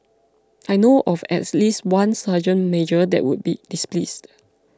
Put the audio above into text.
I know of at least one sergeant major that would be displeased